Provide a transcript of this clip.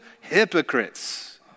hypocrites